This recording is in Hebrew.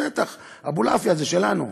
בטח, אבולעפיה זה שלנו.